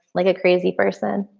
like a crazy person.